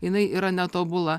jinai yra netobula